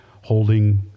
holding